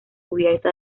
cubierta